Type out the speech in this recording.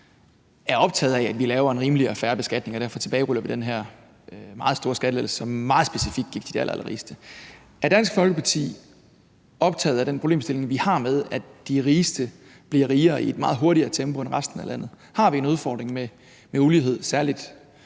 er optaget af, at vi laver en rimelig og fair beskatning, og derfor tilbageruller vi den her meget store skattelettelse, som meget specifikt gik til de allerallerrigeste. Er Dansk Folkeparti optaget af den problemstilling, vi har med, at de rigeste bliver rigere i et meget hurtigere tempo end resten af landet? Har vi en udfordring med ulighed, særlig